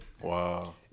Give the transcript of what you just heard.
Wow